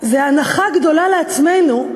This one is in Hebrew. הנחה גדולה לעצמנו,